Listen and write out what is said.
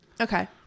Okay